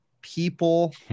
people